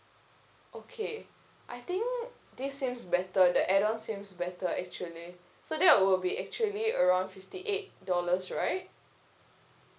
okay I think this seems better the add on seems better actually so that will be actually around fifty eight dollars right